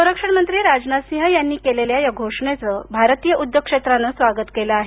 संरक्षण मंत्री राजनाथ सिंह यांनी केलेल्या या घोषणेचे भारतीय उद्योग क्षेत्रानं स्वागत केलं आहे